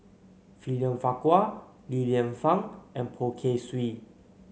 William Farquhar Li Lianfung and Poh Kay Swee